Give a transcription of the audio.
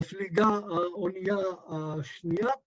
‫מפליגה האונייה השנייה.